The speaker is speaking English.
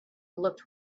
looked